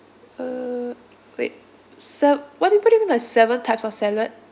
uh wait se~ what do you what do you mean by seven types of salad